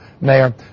mayor